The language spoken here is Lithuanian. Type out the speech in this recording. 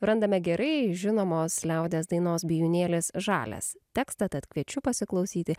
randame gerai žinomos liaudies dainos bijūnėlis žalias tekstą tad kviečiu pasiklausyti